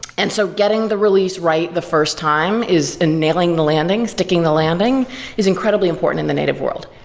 and so getting the release right the first time is ah nailing the landing, sticking the landing is incredibly important in the native world.